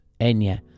Enya